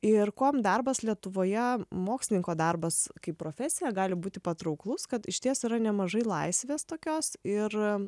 ir kuom darbas lietuvoje mokslininko darbas kaip profesija gali būti patrauklus kad išties yra nemažai laisvės tokios ir